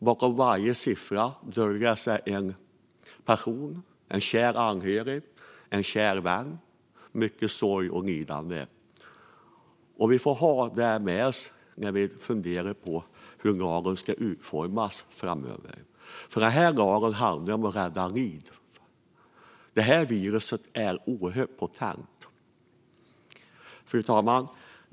Bakom varje siffra döljer sig en person, en kär anhörig, en kär vän och mycket sorg och lidande. Det får vi ha med oss när vi funderar på hur lagen ska utformas framöver. Den här lagen handlar om att rädda liv. Viruset är oerhört potent. Fru talman!